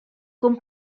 con